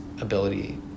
ability